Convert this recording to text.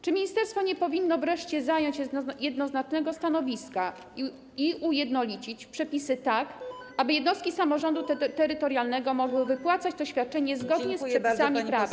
Czy ministerstwo nie powinno wreszcie zająć jednoznacznego stanowiska i ujednolicić przepisów, tak aby jednostki samorządu terytorialnego mogły wypłacać to świadczenie zgodnie z przepisami prawa?